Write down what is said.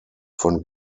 von